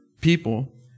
people